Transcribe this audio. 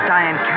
Diane